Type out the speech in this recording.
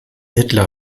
hitler